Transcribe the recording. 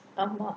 ஆமா:aamaa